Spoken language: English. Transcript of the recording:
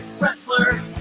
wrestler